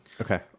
Okay